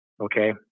Okay